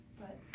but-